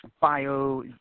bio